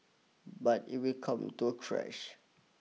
but it will come to a crash